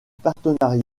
partenariat